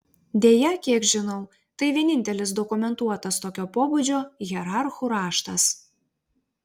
deja kiek žinau tai vienintelis dokumentuotas tokio pobūdžio hierarchų raštas